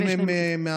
אם הם מערערים.